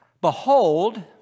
Behold